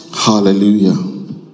hallelujah